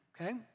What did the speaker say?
okay